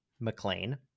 McLean